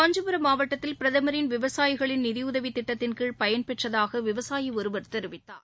காஞ்சிபுரம் மாவட்டத்தில் பிரதமரின் விவசாயிகளின் நிதியுதவி திட்டத்தின்கீழ் பயன் பெற்றதாக விவசாயி ஒருவர் தெரிவித்தார்